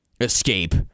escape